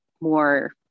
more